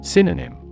Synonym